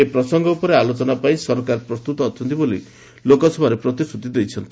ଏ ପ୍ରସଙ୍ଗ ଉପରେ ଆଲୋଚନା ପାଇଁ ସରକାର ପ୍ରସ୍ତୁତ ଅଛନ୍ତି ବୋଲି ଲୋକସଭାରେ ପ୍ରତିଶ୍ରତି ଦେଇଛନ୍ତି